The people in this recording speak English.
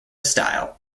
style